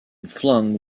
flung